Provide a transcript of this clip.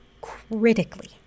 Critically